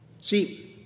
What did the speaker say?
see